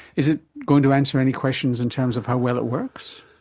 is it going to answer any questions in terms of how well it works?